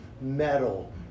metal